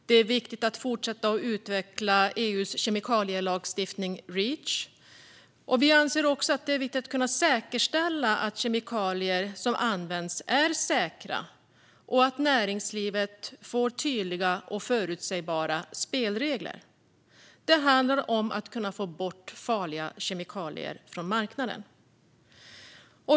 Det är viktigt att fortsätta utveckla EU:s kemikalielagstiftning Reach, och vi anser att det är viktigt att kunna säkerställa att kemikalier som används är säkra och att näringslivet får tydliga och förutsägbara spelregler. Det handlar om att kunna få bort farliga kemikalier från marknaden.